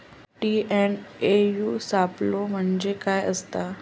TNAU सापलो म्हणजे काय असतां?